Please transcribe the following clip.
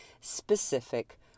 specific